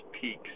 peaks